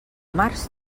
març